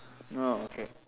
no okay